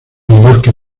bosque